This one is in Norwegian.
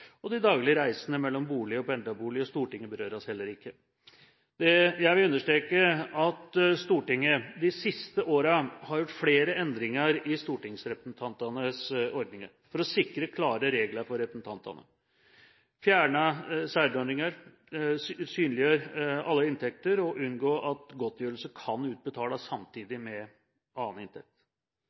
og de daglige reisene mellom bolig/pendlerbolig og Stortinget berøres ikke. Jeg vil understreke at Stortinget de siste årene har gjort flere endringer i stortingsrepresentantenes ordninger for å sikre klare regler for representantene, fjerne særordninger, synliggjøre alle inntekter og unngå at godtgjørelse kan utbetales samtidig med annen inntekt.